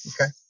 Okay